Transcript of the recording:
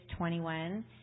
21